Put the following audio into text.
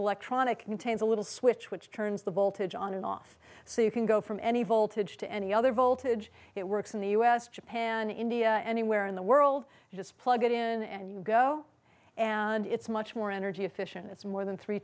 electronic contains a little switch which turns the voltage on and off so you can go from any voltage to any other voltage it works in the u s japan india anywhere in the world you just plug it in and you go and it's much more energy efficient it's more than three